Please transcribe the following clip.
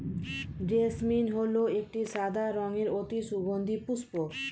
jasmine হল একটি সাদা রঙের অতি সুগন্ধি পুষ্প